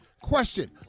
Question